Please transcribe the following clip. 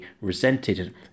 resented